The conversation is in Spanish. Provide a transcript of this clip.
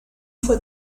fue